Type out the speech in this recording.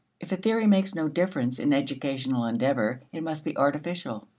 if a theory makes no difference in educational endeavor, it must be artificial.